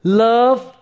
love